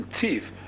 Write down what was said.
thief